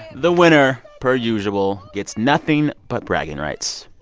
the winner, per usual, gets nothing but bragging rights.